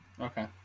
Okay